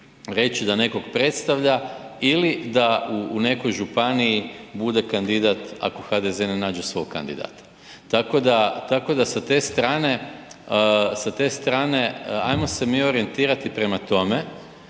da nekog predstavlja ili da u nekoj županiji bude kandidat ako HDZ ne nađe svog kandidata. Tako da, tako da sa te strane ajmo se mi orijentirati prema tome